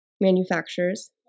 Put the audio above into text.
manufacturers